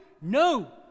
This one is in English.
No